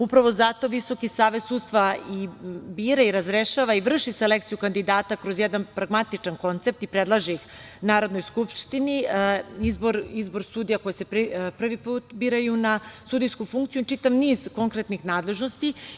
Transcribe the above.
Upravo zato Visoki savet sudstva i bira i razrešava i vrši selekciju kandidata kroz jedan pragmatičan koncept i predlaže ih Narodnoj skupštini, izbor sudija koji se prvi put biraju na sudijsku funkciju i čitav niz konkretnih nadležnosti.